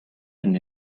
can